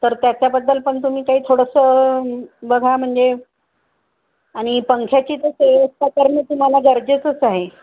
तर त्याच्याबद्दल पण तुम्ही काही थोडंसं बघा म्हणजे आणि पंखाची तर व्यवस्था करणं तुम्हाला गरजेचंच आहे